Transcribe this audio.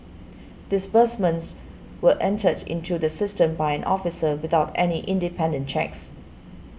disbursements were entered into the system by an officer without any independent checks